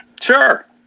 sure